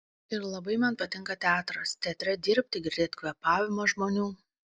ir labai man patinka teatras teatre dirbti girdėt kvėpavimą žmonių